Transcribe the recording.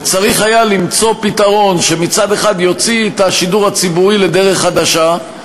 וצריך היה למצוא פתרון שמצד אחד יוציא את השידור הציבורי לדרך חדשה,